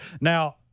Now